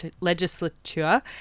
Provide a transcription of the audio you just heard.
legislature